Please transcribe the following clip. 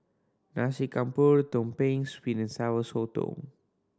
Nasi Campur Tumpeng Sweet and Sour Sotong